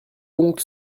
donc